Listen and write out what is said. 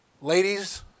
Ladies